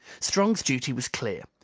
strong's duty was clear.